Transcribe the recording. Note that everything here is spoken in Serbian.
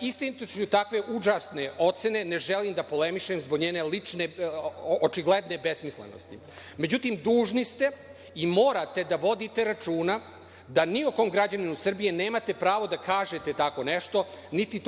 Ističući takvu užasnu ocenu, ne želim da polemišem zbog njene očigledne besmislenosti. Međutim, dužni ste i morate da vodite računa da ni o kom građaninu Srbije nemate pravo da kažete tako nešto, niko